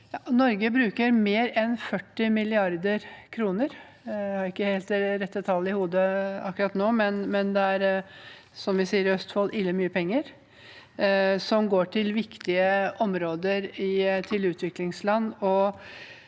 Norge bruker mer enn 40 mrd. kr – jeg har ikke helt det rette tallet i hodet akkurat nå, men det er, som vi sier i Østfold, ille mye penger som går til viktige områder, til utviklingsland.